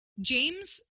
james